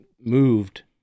moved